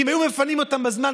אם היו מפנים אותם בזמן,